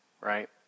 right